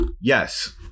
yes